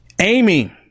Amy